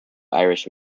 irish